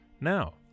Now